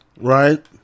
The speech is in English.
right